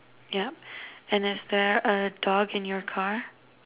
yep and is there a dog in your car